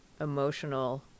emotional